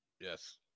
Yes